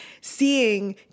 seeing